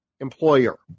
employer